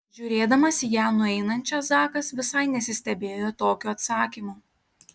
žiūrėdamas į ją nueinančią zakas visai nesistebėjo tokiu atsakymu